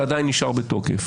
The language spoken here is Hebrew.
זה עדיין נשאר בתוקף,